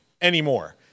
anymore